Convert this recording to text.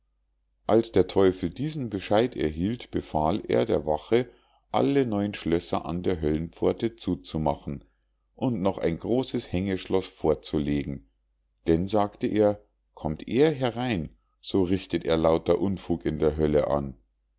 als der teufel diesen bescheid erhielt befahl er der wache alle neun schlösser an der höllenpforte zuzumachen und noch ein großes hängeschloß vorzulegen denn sagte er kommt er herein so richtet er lauter unfug in der hölle an